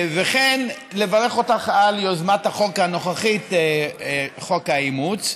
וכן לברך אותך על יוזמת החוק הנוכחית, חוק האימוץ.